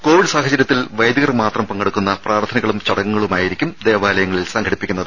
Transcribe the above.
Covid സാഹചര്യത്തിൽ വൈദികർ മാത്രം പങ്കെടുക്കുന്ന പ്രാർത്ഥനകളും ചടങ്ങുകളുമായിരിക്കും ദേവാലയങ്ങളിൽ സംഘടിപ്പിക്കുന്നത്